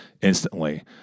instantly